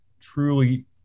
truly